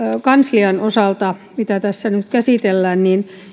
kanslian osalta mitä tässä nyt käsitellään